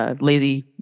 lazy